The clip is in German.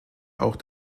auch